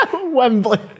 Wembley